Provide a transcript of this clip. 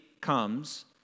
comes